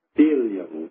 billion